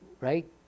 right